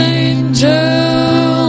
angel